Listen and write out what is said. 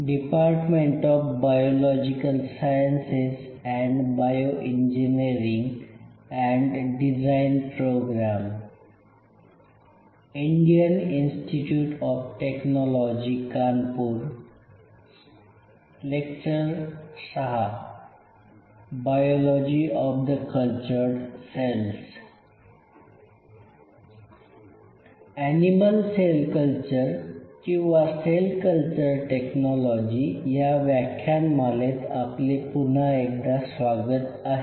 animal cell culture किंवा cell culture technology या व्याख्यानमालेत आपले पुन्हा एकदा स्वागत आहे